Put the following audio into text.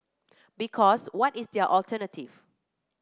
because what is their alternative